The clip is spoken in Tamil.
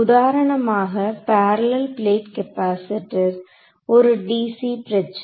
உதாரணமாக பேரலல் பிளேட் கெபாசிட்டர் ஒரு dc பிரச்சனை